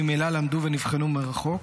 ממילא למדו ונבחנו מרחוק,